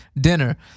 dinner